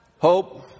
Hope